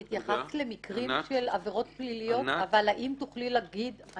את התייחסת למקרים של עבירות פליליות אבל האם תוכלי להגיד -- ענת,